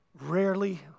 Rarely